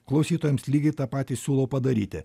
klausytojams lygiai tą patį siūlau padaryti